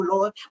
Lord